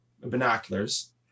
binoculars